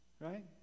right